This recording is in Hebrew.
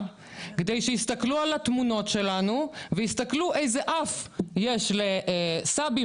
כדי שיסתכלו על התמונות שלנו ויסתכלו איזה אף יש לסבים